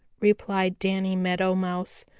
replied danny meadow mouse.